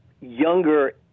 younger